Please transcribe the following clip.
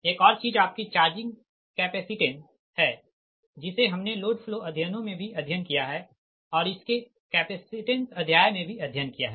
एक और चीज आपकी चार्जिंग कैपेसिटेंस है जिसे हमने लोड फ्लो अध्ययनों मे भी अध्ययन किया है और इसके कैपेसिटेंस अध्याय मे भी अध्ययन किया है